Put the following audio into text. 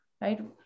right